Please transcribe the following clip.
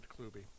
Klubi